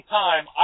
time